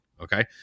okay